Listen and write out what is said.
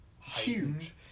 huge